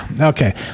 okay